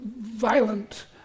violent